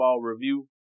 Review